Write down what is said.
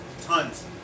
tons